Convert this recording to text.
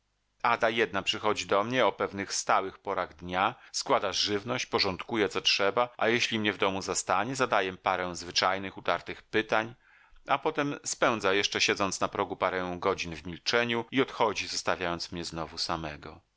waży ada jedna przychodzi do mnie o pewnych stałych porach dnia składa żywność porządkuje co trzeba a jeśli mnie w domu zastanie zadaje parę zwyczajnych utartych pytań a potem spędza jeszcze siedząc na progu parę godzin w milczeniu i odchodzi zostawiając mnie znowu samego